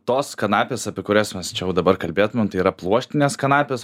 tos kanapės apie kurias mes čia jau dabar kalbėtumėm tai yra pluoštinės kanapės